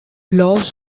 laws